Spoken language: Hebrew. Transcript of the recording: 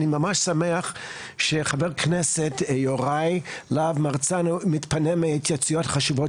אני ממש שמח שחבר הכנסת יוראי להב הרצנו מתפנה מהתייעצויות חשובות